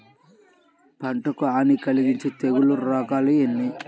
పంటకు హాని కలిగించే తెగుళ్ల రకాలు ఎన్ని?